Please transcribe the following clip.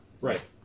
Right